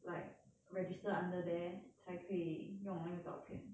like register under there 才可以用那个照片